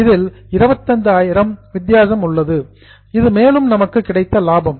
இதில் 25000 டிஃபரன்ஸ் வித்தியாசம் உள்ளது இது மேலும் நமக்கு கிடைத்த லாபம்